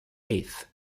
eighth